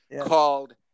called